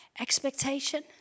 expectation